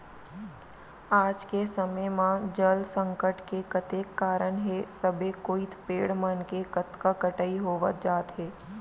आज के समे म जल संकट के कतेक कारन हे सबे कोइत पेड़ मन के कतका कटई होवत जात हे